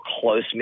close